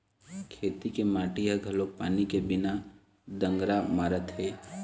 खेत के माटी ह घलोक पानी के बिना दनगरा मारत हे